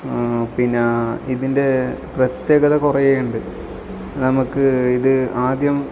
പിന്നെ ഇതിൻ്റെ പ്രത്യേകത കുറെ ഉണ്ട് നമുക്ക് ഇത് ആദ്യം